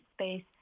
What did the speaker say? space